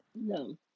No